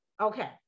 Okay